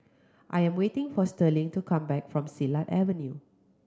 I am waiting for Sterling to come back from Silat Avenue